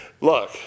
look